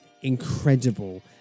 incredible